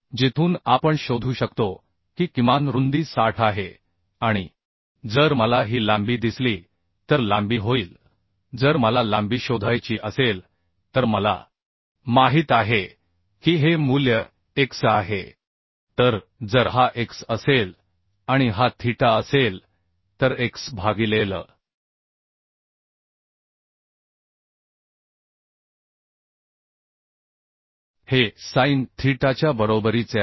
जिथून आपण शोधू शकतो की किमान रुंदी 60 आहे आणि जर मला ही लांबी दिसली तर लांबी होईल जर मला लांबी शोधायची असेल तर मला माहित आहे की हे मूल्य x आहे तर जर हा x असेल आणि हा थीटा असेल तर x भागिले l हे sin थीटाच्या बरोबरीचे आहे